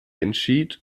entschied